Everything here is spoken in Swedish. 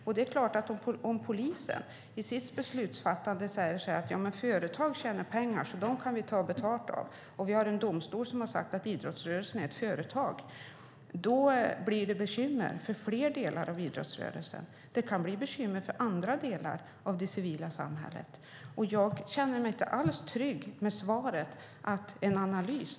Om polisen i sitt beslutsfattande säger att företag tjänar pengar och att man alltså kan ta betalt av dem, och om vi har en domstol som har sagt att idrottsrörelsen är ett företag, blir det bekymmer för fler delar av idrottsrörelsen. Det kan bli bekymmer även för andra delar av det civila samhället. Jag känner mig inte alls trygg med svaret om en analys.